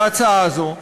להצעה הזו,